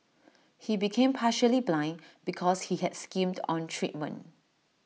he became partially blind because he had skimmed on treatment